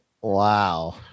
Wow